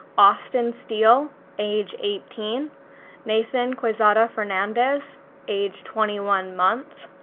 austin steele age eighteen nathan quezada fernandez age twenty one months,